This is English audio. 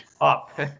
Up